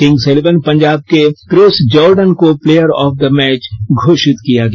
Kings Eleven Punjab के Chris Jordan को player of the match घोषित किया गया